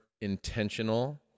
intentional